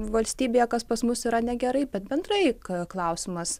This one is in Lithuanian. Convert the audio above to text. valstybėje kas pas mus yra negerai bet bendrai klausimas